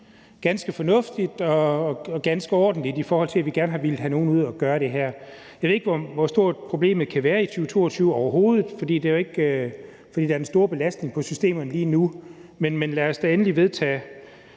ganske fornuftigt og ganske ordentligt, i forhold til at vi gerne har villet have nogen ud og gøre det her. Jeg ved ikke, hvor stort problemet kan være i 2022 overhovedet, for det er jo ikke, fordi der er den store belastning på systemerne lige nu, men lad os da endelig vedtage,